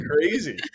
crazy